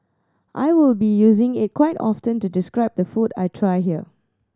I will be using it quite often to describe the food I try here